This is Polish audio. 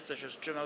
Kto się wstrzymał?